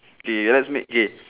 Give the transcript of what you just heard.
okay let us make